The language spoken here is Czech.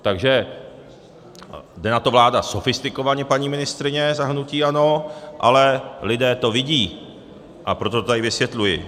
Takže jde na to vláda sofistikovaně, paní ministryně za hnutí ANO, ale lidé to vidí, a proto to tady vysvětluji.